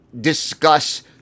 discuss